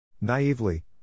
Naively